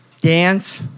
Dance